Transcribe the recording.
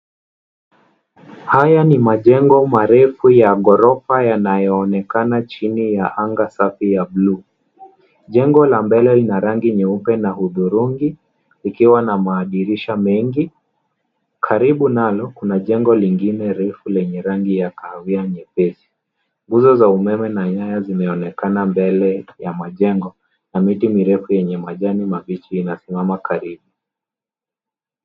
Haya ni majengo marefu ya ghorofa yanayoonekana chini ya anga safi ya blue . Jengo la mbele lina rangi nyeupe na hudhurungi, likiwa na madirisha mengi. Karibu nalo, kuna jengo lingine refu lenye rangi ya kahawia nyepesi. Nguzo za umeme na nyaya zinaonekana mbele ya majengo na miti mirefu yenye majani mabichi inasimama karibu.